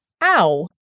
Ow